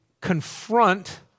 confront